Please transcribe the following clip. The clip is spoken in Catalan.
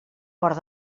port